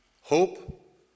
hope